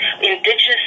Indigenous